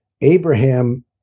Abraham